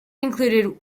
included